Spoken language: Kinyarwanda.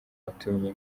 watumwe